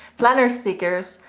planner stickers.